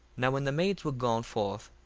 now when the maids were gone forth,